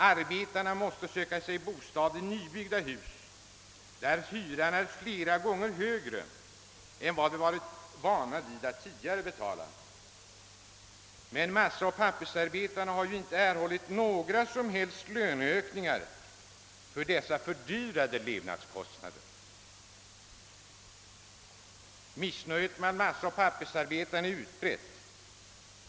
Arbetarna måste nu söka sig till bostäder i nybyggda hus, där hyran är flera gånger högre än vad de tidigare varit vana vid att betala. Men massaoch pappersarbetarna har inte erhållit några som helst löneökningar för dessa högre levnadskostnader. Missnöjet bland massaoch pappersarbetarna är utbrett.